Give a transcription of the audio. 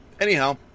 anyhow